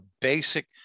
basic